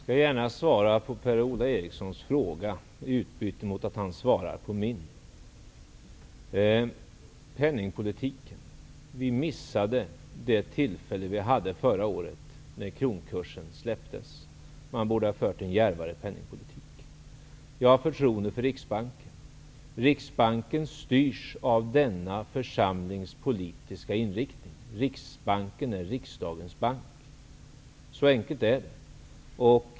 Herr talman! Jag skall gärna svara på Per-Ola Erikssons fråga, i utbyte mot att han svarar på min. När det gäller penningpolitiken vill jag säga följande. Vi missade det tillfälle vi hade förra året när kronkursen släpptes. Man borde ha fört en djärvare penningpolitik. Jag har förtroende för Riksbanken. Riksbanken styrs av denna församlings politiska inriktning. Riksbanken är riksdagens bank. Så enkelt är det.